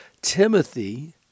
timothy